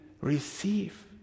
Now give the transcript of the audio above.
receive